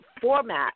format